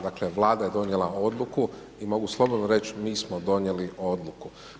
Dakle, vlada je donijela odluku, i mogu slobodno reći, mi smo donijeli odluku.